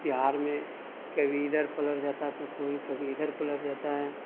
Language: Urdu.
بہار میں کبھی ادھر پلٹ جاتا ہے تو کوئی کبھی ادھر پلٹ جاتا ہے